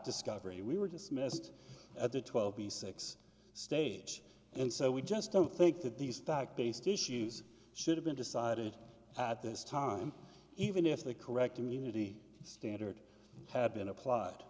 discovery we were dismissed at the twelve p six stage and so we just don't think that these fact based issues should have been decided at this time even if the correct immunity standard had been appl